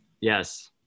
Yes